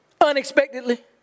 Unexpectedly